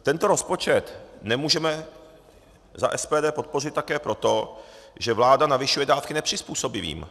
Tento rozpočet nemůžeme za SPD podpořit také proto, že vláda navyšuje dávky nepřizpůsobivým.